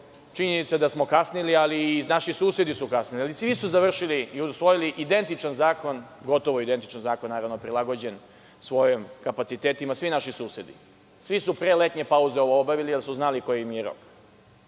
Činjenica je da smo kasnili, ali i naši susedi su kasnili, ali svi su završili i usvojili identičan zakon, gotovo identičan zakon, naravno, prilagođen svojim kapacitetima, svi naši susedi. Svi su pre letnje pauze ovo obavili, jer su znali koji im je rok. Što